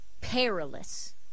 perilous